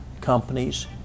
companies